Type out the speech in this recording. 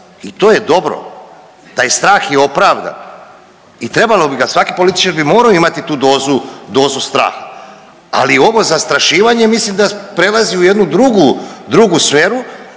i to je dobro, taj strah je opravdan i trebalo bi ga, svaki političar bi morao imati tu dozu, dozu straha, ali ovo zastrašivanje mislim da prelazi u jednu drugu, drugu